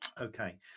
Okay